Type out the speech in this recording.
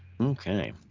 Okay